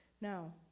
Now